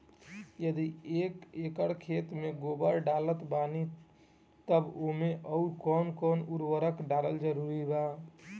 यदि एक एकर खेत मे गोबर डालत बानी तब ओमे आउर् कौन कौन उर्वरक डालल जरूरी बा?